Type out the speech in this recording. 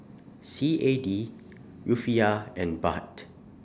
C A D Rufiyaa and Baht